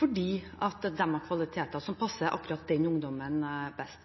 fordi de har kvaliteter som passer akkurat den ungdommen best.